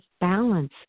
balance